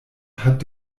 hat